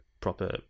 proper